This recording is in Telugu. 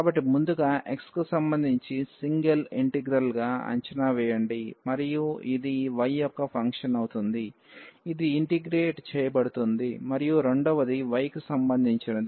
కాబట్టి ముందుగా x కి సంబంధించి సింగల్ ఇంటిగ్రల్ గా అంచనా వేయండి మరియు ఇది y యొక్క ఫంక్షన్ అవుతుంది ఇది ఇంటిగ్రేట్ చేయబడుతుంది మరియు రెండవది y కి సంబంధించినది